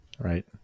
right